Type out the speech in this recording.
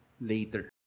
later